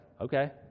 okay